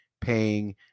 Paying